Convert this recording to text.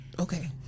Okay